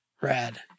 Rad